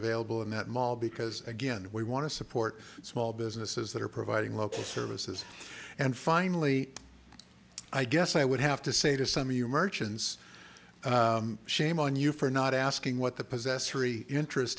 available in that mall because again we want to support small businesses that are providing local services and finally i guess i would have to say to some you merchants shame on you for not asking what the possessory interest